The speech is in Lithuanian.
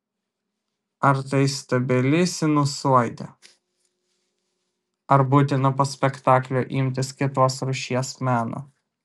ar tai stabili sinusoidė ar būtina po spektaklio imtis kitos rūšies meno